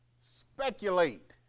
speculate